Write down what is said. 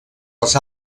els